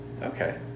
Okay